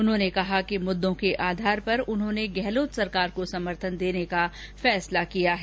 उन्होंने कहा कि मुद्दों के आधार पर उन्होंने गहलोत सरकार को समर्थन देने का फैसला किया है